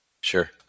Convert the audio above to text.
Sure